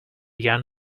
young